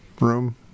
room